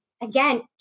again